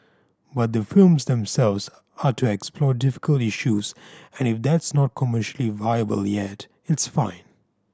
but the films themselves are to explore difficult issues and if that's not commercially viable yet it's fine